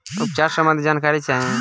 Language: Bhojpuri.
उपचार सबंधी जानकारी चाही?